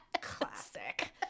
Classic